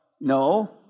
No